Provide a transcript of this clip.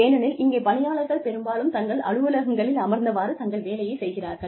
ஏனெனில் இங்கே பணியாளர்கள் பெரும்பாலும் தங்கள் அலுவலகங்களில் அமர்ந்தவாறு தங்கள் வேலையை செய்கிறார்கள்